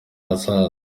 hazaza